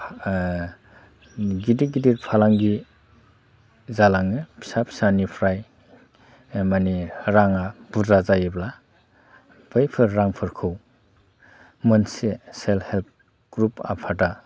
गिदिर गिदिर फालांगि जालाङो फिसा फिसानिफ्राय मानि राङा बुरजा जायोब्ला बैफोर रांफोरखौ मोनसे सेल्फ हेल्प ग्रुप आफादा